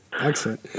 Excellent